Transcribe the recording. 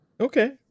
Okay